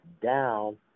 down